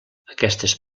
aquestes